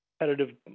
competitive